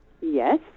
Yes